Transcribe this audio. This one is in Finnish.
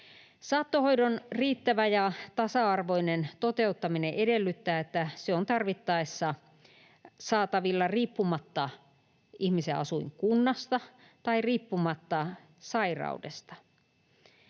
Saattohoidon riittävä ja tasa-arvoinen toteuttaminen edellyttää, että se on tarvittaessa saatavilla riippumatta ihmisen asuinkunnasta tai riippumatta